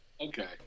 Okay